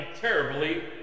terribly